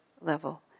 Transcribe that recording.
level